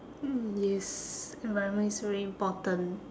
mm yes environment is very important